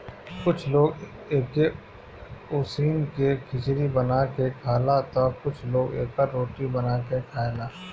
कुछ लोग एके उसिन के खिचड़ी बना के खाला तअ कुछ लोग एकर रोटी बना के खाएला